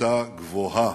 הייתה גבוהה,